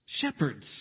shepherds